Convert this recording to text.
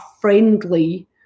friendly